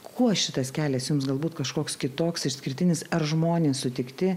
kuo šitas kelias jums galbūt kažkoks kitoks išskirtinis ar žmonės sutikti